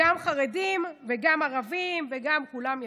גם חרדים וגם ערבים וגם כולם ביחד.